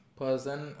person